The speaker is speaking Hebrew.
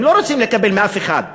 הם לא רוצים לקבל מאף אחד,